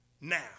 now